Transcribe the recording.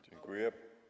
Dziękuję.